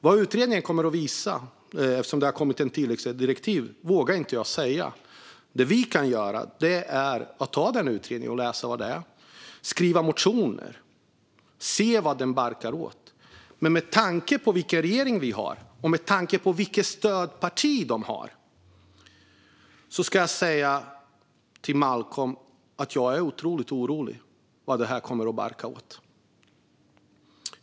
Vad utredningen kommer att visa nu när det har kommit ett tilläggsdirektiv vågar jag inte säga. Det man kan göra är att läsa vad utredningen kommer fram till, skriva motioner och se vartåt det barkar. Men med tanke på vilken regering vi har och vilket stödparti de har ska jag säga till Malcolm Momodou Jallow att jag är otroligt orolig.